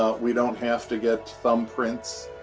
ah we don't have to get thumbprints.